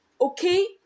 Okay